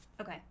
okay